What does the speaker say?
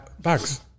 Bags